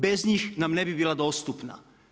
Bez njih nam ne bi bila dostupna.